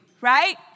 right